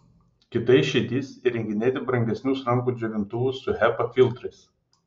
kita išeitis įrenginėti brangesnius rankų džiovintuvus su hepa filtrais